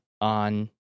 on